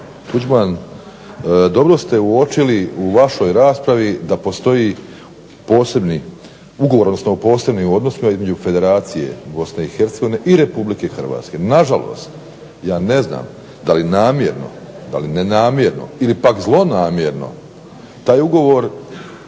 Tuđman, dobro ste uočili u vašoj raspravi da postoji posebni ugovor, odnosno posebni odnos koji je između Federacije Bosne i Hercegovine i Republike Hrvatske. Na žalost, ja ne znam da li namjerno, da li nenamjerno ili pak zlonamjerno taj ugovor